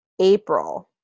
April